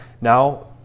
Now